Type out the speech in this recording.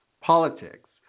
politics